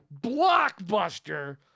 blockbuster